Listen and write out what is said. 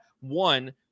one